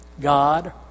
God